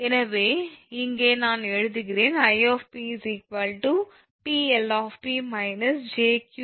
எனவே இங்கே நான் எழுதுகிறேன் 𝑖 𝑝 𝑃𝐿 𝑝 −𝑗𝑄𝐿 𝑝 𝑉 𝑝 ∗